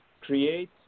create